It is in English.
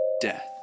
Death